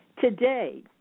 Today